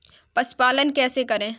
पशुपालन कैसे करें?